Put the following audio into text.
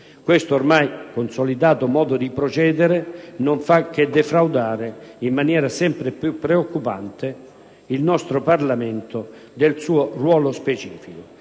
Questo ormai consolidato modo di procedere non fa che defraudare, in maniera sempre più preoccupante, il nostro Parlamento del suo ruolo specifico.